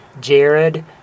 Jared